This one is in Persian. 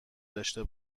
داشته